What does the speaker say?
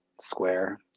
Square